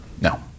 No